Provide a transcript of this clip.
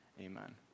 Amen